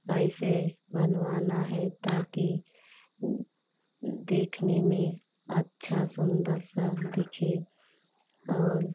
ऐसे बनवाना है ताकि देखने में अच्छा सुन्दर सा दिखे और